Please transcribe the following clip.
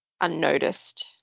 unnoticed